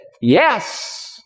Yes